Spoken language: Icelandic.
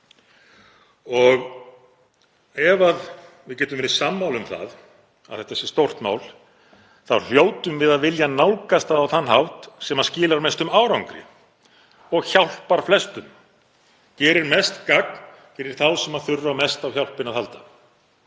Og ef við getum verið sammála um að það sé stórt mál hljótum við að vilja nálgast það á þann hátt sem skilar mestum árangri og hjálpar flestum, gerir mest gagn fyrir þá sem þurfa mest á hjálpinni að halda.